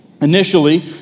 initially